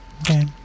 Okay